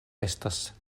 estas